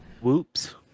Whoops